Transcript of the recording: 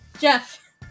Jeff